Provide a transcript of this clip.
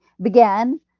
began